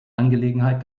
angelegenheit